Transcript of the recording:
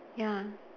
ya